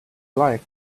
like